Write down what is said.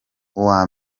uwa